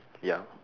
ya